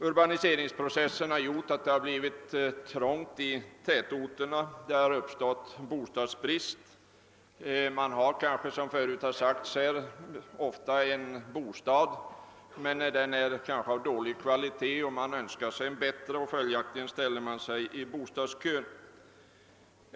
Urbaniseringsprocessen har gjort att det blivit trångt i tätorterna och att bostadsbrist uppstått. Som framhållits tidigare i debatten har människorna ofta bostad av dålig kvalitet, varför man önskar en bättre. Följaktligen ställer man sig i bostadskön.